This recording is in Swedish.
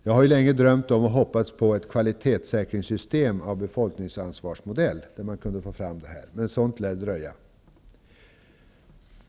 Jag har länge drömt om, och hoppats på, ett kvalitetssäkringssystem av befolkningsansvarsmodell. Där kunde man få fram detta. Men sådant lär dröja.